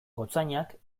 gotzainak